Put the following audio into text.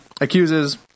accuses